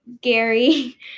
Gary